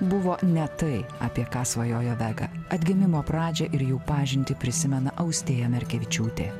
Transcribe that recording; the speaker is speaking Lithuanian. buvo ne tai apie ką svajojo vega atgimimo pradžią ir jų pažintį prisimena austėja merkevičiūtė